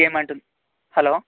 ఏమంటుంది హలో